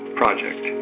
project